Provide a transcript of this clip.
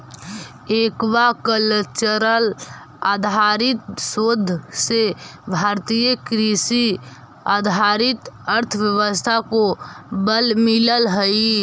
aquacultural आधारित शोध से भारतीय कृषि आधारित अर्थव्यवस्था को बल मिलअ हई